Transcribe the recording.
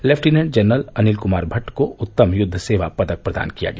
lieutenant general Anil Kumar Bhatt को उत्तम युद्व सेवा पदक प्रदान किया गया